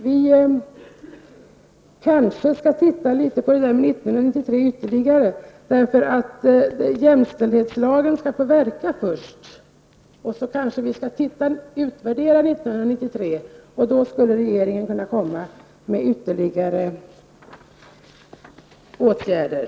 Vi kanske skall titta litet närmare på frågan om kvotering 1993. Jämställdhetslagen skall först få verka, och sedan kanske vi 1993 skall utvärdera det. Då skulle regeringen kunna komma med förslag till ytterligare åtgärder.